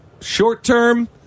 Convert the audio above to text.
Short-term